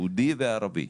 יהודי וערבי,